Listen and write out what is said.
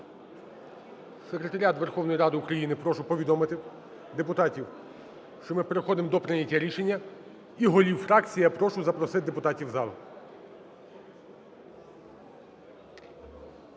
Секретаріат Верховної Ради України прошу повідомити депутатів, що ми переходимо до прийняття рішення. І голів фракції я прошу запросити депутатів до зали.